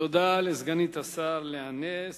תודה לסגנית השר לאה נס.